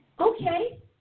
Okay